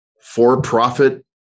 for-profit